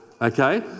Okay